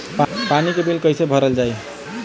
पानी के बिल कैसे भरल जाइ?